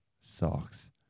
socks